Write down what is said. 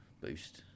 boost